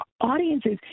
audiences